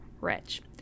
rich